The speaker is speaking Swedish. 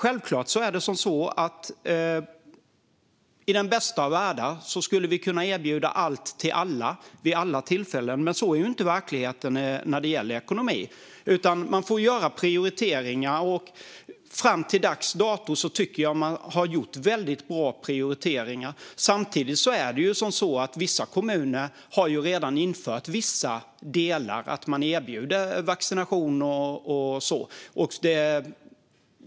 I den bästa av världar skulle vi kunna erbjuda allt till alla vid alla tillfällen, men så är inte verkligheten när det gäller ekonomi, utan man får göra prioriteringar. Och fram till dags dato tycker jag att man har gjort väldigt bra prioriteringar. Vissa kommuner har redan infört vissa delar. De erbjuder vaccination.